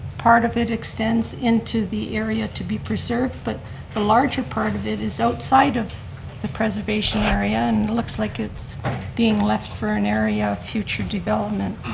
part of it extends into the area to be preserved but the larger part of it is outside of the preservation area and it looks like it's being left for an area of future development.